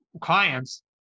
clients